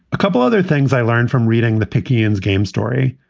a couple other things i learned from reading the pickins game story.